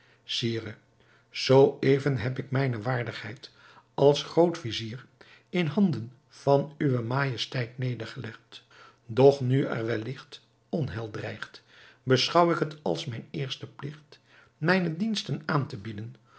sire zoo even heb ik mijne waardigheid als groot-vizier in handen van uwe majesteit nedergelegd doch nu er welligt onheil dreigt beschouw ik het als mijn eersten pligt mijne diensten aan te bieden